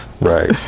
Right